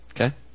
Okay